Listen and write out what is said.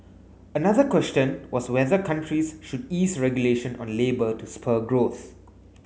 another question was whether countries should ease regulation on labour to spur growth